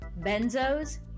Benzos